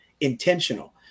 intentional